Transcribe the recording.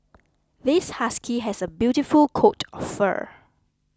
this husky has a beautiful coat of fur